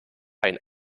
ein